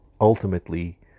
ultimately